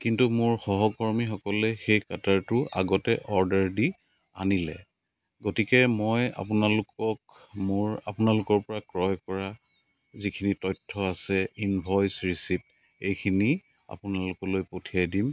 কিন্তু মোৰ সহকৰ্মীসকলে সেই কাটাৰটো আগতে অৰ্ডাৰ দি আনিলে গতিকে মই আপোনালোকক মোৰ আপোনালোকৰ পৰা ক্ৰয় কৰা যিখিনি তথ্য আছে ইনভইচ ৰিচিপ্ট এইখিনি আপোনালোকলৈ পঠিয়াই দিম